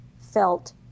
felt